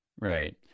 Right